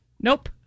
Nope